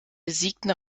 besiegten